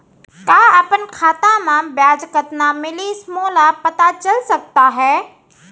का अपन खाता म ब्याज कतना मिलिस मोला पता चल सकता है?